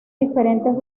diferentes